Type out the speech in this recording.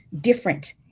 different